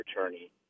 attorney